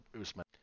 Usman